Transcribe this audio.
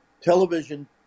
television